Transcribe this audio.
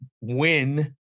win